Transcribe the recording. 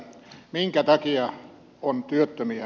minkä takia on työttömiä